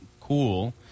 cool